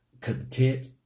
content